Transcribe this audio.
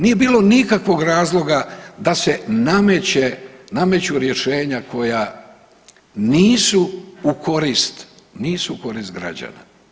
Nije bilo nikakvog razloga da se nameću rješenja koja nisu u korist, nisu u korist građana.